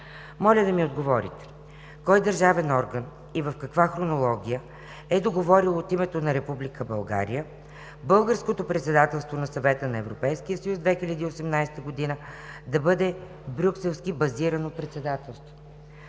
моля да ми отговорите: кой държавен орган и в каква хронология е договорил от името на Република България българското председателство на Съвета на Европейския съюз през 2018 г. да бъде брюкселски базирано председателство?